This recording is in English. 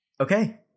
Okay